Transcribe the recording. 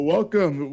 Welcome